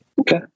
Okay